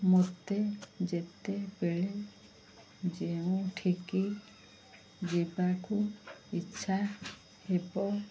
ମୋତେ ଯେତେବେଳେ ଯେଉଁଠିକି ଯିବାକୁ ଇଚ୍ଛା ହେବ